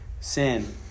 sin